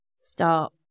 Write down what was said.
start